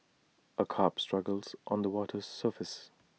A carp struggles on the water's surface